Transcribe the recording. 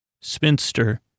Spinster